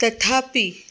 तथापि